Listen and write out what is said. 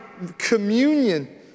communion